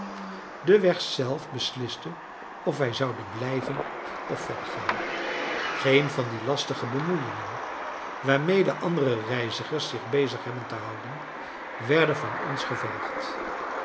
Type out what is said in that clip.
de weg zelf besliste of wij zouden blijven of verder gaan geen van die lastige bemoeiingen waarmede andere reizigers zich bezig hebben te houden werden van ons gevergd